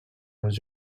els